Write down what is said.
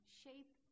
shape